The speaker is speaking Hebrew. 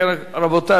רבותי,